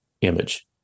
image